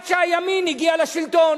עד שהימין הגיע לשלטון.